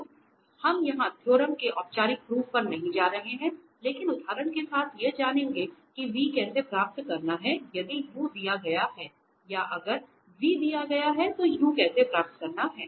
तो हम यहाँ थ्योरम के औपचारिक प्रूफ पर नहीं जा रहे हैं लेकिन उदाहरण के साथ ये जानेंगे की v कैसे प्राप्त करना हैं यदि u दिया गया हैं या अगर v दिया हैं तो u कैसे प्राप्त करना हैं